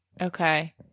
okay